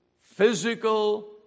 physical